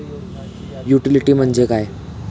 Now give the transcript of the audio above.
Utility म्हणजे काय?